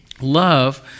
Love